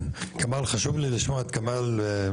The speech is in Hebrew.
חשוב לי לשמוע את כמאל.